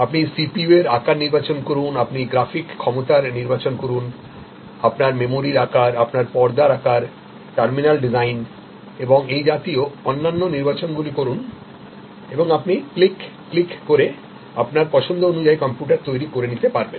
আপনি সিপিইউ আকার নির্বাচন করুন আপনি গ্রাফিক ক্ষমতার নির্বাচন করুন আপনার মেমরির আকার আপনার পর্দার আকার টার্মিনাল ডিজাইন এবং এই জাতীয় অন্যান্য নির্বাচনগুলো করুন এবং আপনি ক্লিক ক্লিক করে আপনার পছন্দ অনুযায়ী কম্পিউটার তৈরি করে নিতে পারবেন